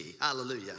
Hallelujah